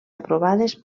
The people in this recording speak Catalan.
aprovades